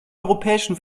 europäischen